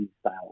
style